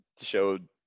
showed